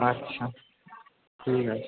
আচ্ছা ঠিক আছে